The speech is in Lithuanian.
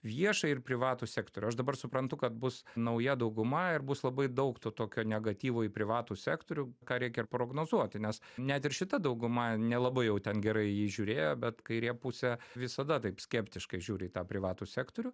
viešą ir privatų sektorių aš dabar suprantu kad bus nauja dauguma ir bus labai daug to tokio negatyvo į privatų sektorių ką reikia ir prognozuoti nes net ir šita dauguma nelabai jau ten gerai jį žiūrėjo bet kairė pusė visada taip skeptiškai žiūri į tą privatų sektorių